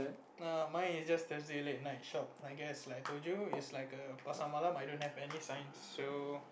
um my is just Thursday late night shop I guess like Dojo is like a Pasar-Malam I don't have any signs so